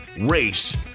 race